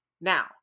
Now